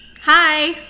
Hi